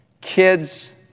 Kids